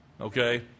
Okay